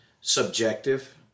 subjective